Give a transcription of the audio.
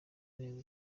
neza